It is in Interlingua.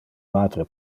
matre